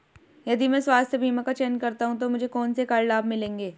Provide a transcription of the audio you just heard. यदि मैं स्वास्थ्य बीमा का चयन करता हूँ तो मुझे कौन से कर लाभ मिलेंगे?